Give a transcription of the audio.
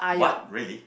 what really